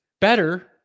better